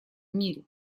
мире